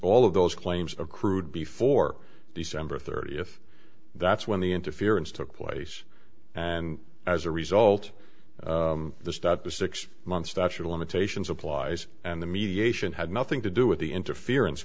all of those claims accrued before december thirtieth that's when the interference took place and as a result the stop a six month statute of limitations applies and the mediation had nothing to do with the interference